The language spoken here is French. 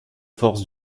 force